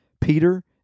Peter